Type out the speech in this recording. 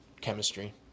chemistry